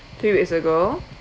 three weeks ago